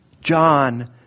john